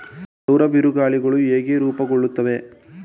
ಸೌರ ಬಿರುಗಾಳಿಗಳು ಹೇಗೆ ರೂಪುಗೊಳ್ಳುತ್ತವೆ?